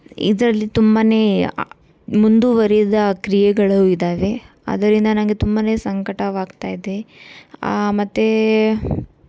ಇದರಲ್ಲಿ ತುಂಬಾ ಮುಂದುವರಿದ ಕ್ರಿಯೆಗಳು ಇದ್ದಾವೆ ಅದರಿಂದ ನನಗೆ ತುಂಬಾ ಸಂಕಟವಾಗ್ತಾ ಇದೆ ಮತ್ತು